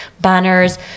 banners